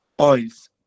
oils